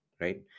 right